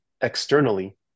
externally